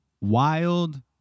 wild